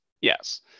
yes